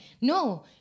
No